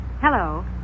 Hello